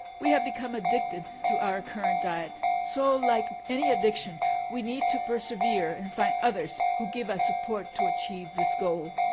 we have become addicted to our current diet, so, like any addiction we need to persevere and find others who give us support to achieve this goal.